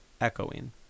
echoing